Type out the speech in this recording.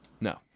No